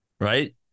Right